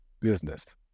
business